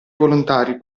volontari